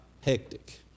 hectic